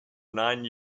nine